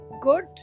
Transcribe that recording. good